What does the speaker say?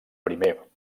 primer